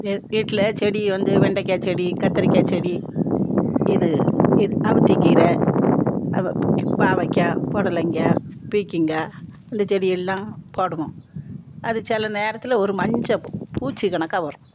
என் வீட்டில் செடி வந்து வெண்டைக்காய் செடி கத்திரிக்காய் செடி இது இ அகத்துக்கீர பாவைக்காய் பொடலைங்காய் பீர்க்கிங்கா இந்த செடியெல்லாம் போடுவோம் அது சில நேரத்தில் ஒரு மஞ்சள் பூச்சி கணக்காக வரும்